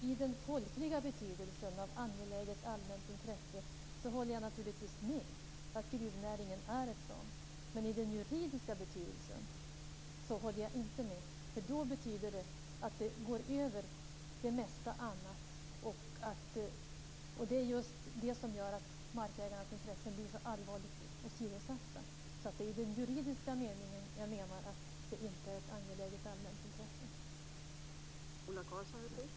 I den folkliga betydelsen håller jag naturligtvis med om att gruvnäringen är ett sådant intresse, men i den juridiska betydelsen håller jag inte med. Då betyder det att det går över det mesta annat, och det är just detta som gör att markägarnas intressen blir så allvarligt åsidosatta. I juridisk mening är detta inte av ett angeläget allmänt intresse.